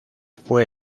fue